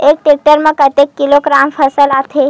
एक टेक्टर में कतेक किलोग्राम फसल आता है?